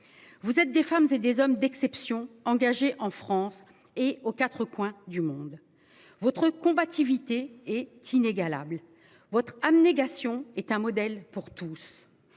Vous êtes des femmes et des hommes d'exception engagées en France et aux 4 coins du monde. Votre combativité est inégalable votre abnégation est un modèle pour tous.